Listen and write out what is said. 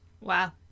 Wow